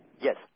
Yes